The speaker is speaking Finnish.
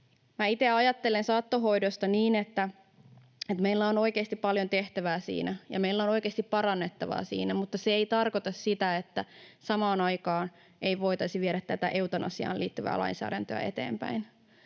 itse ajattelen saattohoidosta niin, että meillä on oikeasti paljon tehtävää siinä ja meillä on oikeasti parannettavaa siinä, mutta se ei tarkoita sitä, että samaan aikaan ei voitaisi viedä tätä eutanasiaan liittyvää lainsäädäntöä eteenpäin.